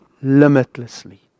limitlessly